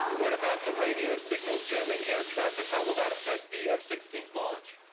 what about the radio signals jamming air traffic? how will that fect the f sixteen s' launch?